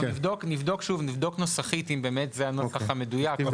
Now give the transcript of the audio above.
אנחנו נבדוק שוב נוסחית, האם זה הנוסח המדויק.